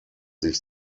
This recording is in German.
sich